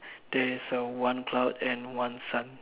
there's a one cloud and one sun